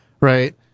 right